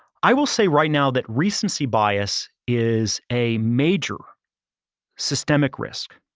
i will say right now that recency bias is a major systemic risk.